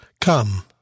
Come